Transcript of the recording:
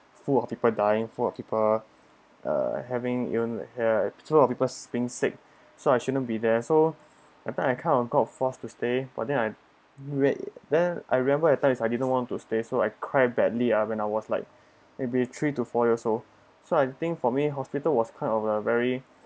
full of people dying full of people uh having ill here full of peoples being sick so I shouldn't be there so that time I kind of got of forced to stay but then I that when I remember that time is I didn't want to stay so I cry badly ah when I was like maybe three to four years old so I think for me hospital was kind of a very